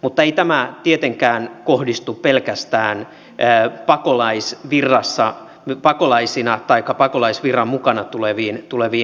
mutta ei tämä tietenkään kohdistu pelkästään käy pakolaiset virassa nyt pakolaisina taikka pakolaisvirran mukana tuleviin henkilöihin